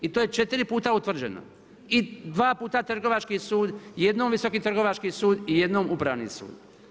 I to je 4 puta utvrđeno i 2 puta Trgovački sud, jednom Viski trgovački sud i jednom Upravni sud.